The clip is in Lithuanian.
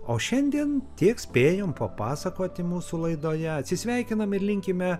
o šiandien tiek spėjom papasakoti mūsų laidoje atsisveikiname ir linkime